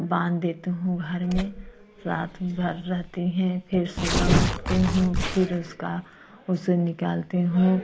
बांध देती हूँ घर में रात भर रहती हैं फिर सुबह उठती हूँ फिर उसका उसे निकालती हूँ